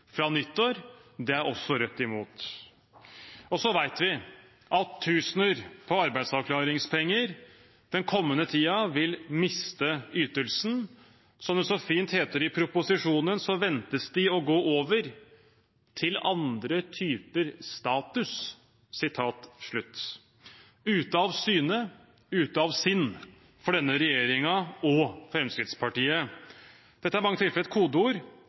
fra nyttår. Det er også Rødt imot. Vi vet at tusener på arbeidsavklaringspenger den kommende tiden vil miste ytelsen. Som det så fint heter i proposisjonen, ventes de å gå over til andre typer status. Ute av syne, ute av sinn for denne regjeringen og Fremskrittspartiet. Dette er